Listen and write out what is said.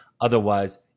Otherwise